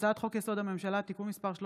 הצעת חוק בתי המשפט (תיקון מס' 103)